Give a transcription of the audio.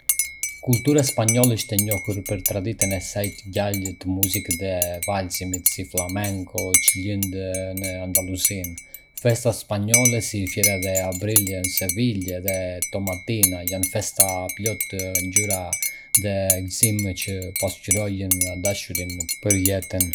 Kultura spanjolle është e njohur për traditën e saj të gjallë të muzikës dhe vallëzimit, si flamenco, që lind në Andaluzinë. Festat spanjolle, si Feria de Abril në Sevilje dhe Tomatina, janë festa plot ngjyra dhe gëzim që pasqyrojnë dashurinë për jetën.